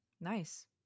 nice